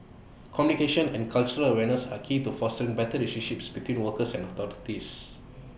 communication and cultural awareness are key to fostering better relationship between workers and authorities